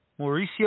Mauricio